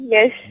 Yes